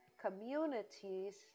communities